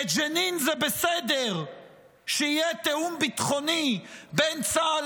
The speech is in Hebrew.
בג'נין זה בסדר שיהיה תיאום ביטחוני בין צה"ל